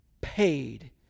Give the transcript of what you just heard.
paid